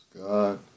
God